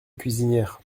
cuisinière